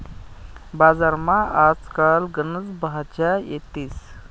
बजारमा आज काल गनच भाज्या येतीस